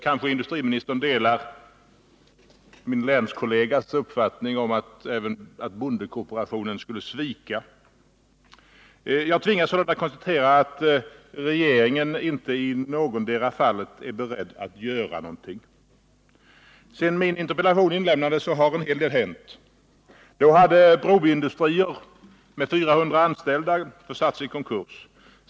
Kanske industriministern delar min länskollegas uppfattning att även bondekooperationen skulle svika. Jag tvingas sålunda konstatera att regeringen inte i någotdera fallet är beredd att göra något. Sedan min interpellation inlämnades har en hel del hänt. Då hade Broby Industrier med 400 anställda försatts i konkurs.